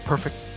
Perfect